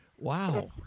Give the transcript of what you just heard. Wow